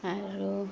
আৰু